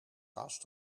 gas